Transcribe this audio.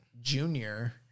junior